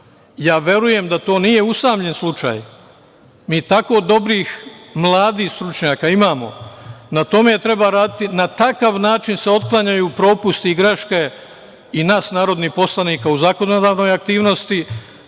verujem da to nije usamljen slučaj. Mi tako dobrih, mladih stručnjaka imamo. Na tome treba raditi. Na takav način se otklanjaju propusti i greške i nas narodnih poslanika u zakonodavnoj aktivnosti,